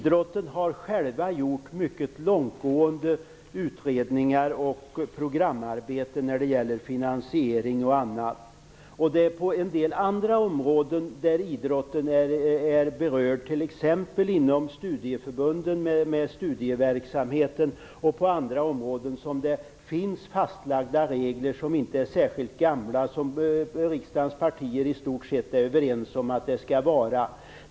Man har inom idrotten gjort mycket långtgående utredningar och programarbeten när det gäller finansiering och annat. På en del andra områden där idrotten är berörd, t.ex. studieverksamheten inom studieförbunden och på andra områden, finns det fastlagda regler som inte är särskilt gamla och som riksdagens partier i stort sett är överens om skall gälla.